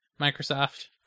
Microsoft